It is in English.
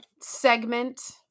segment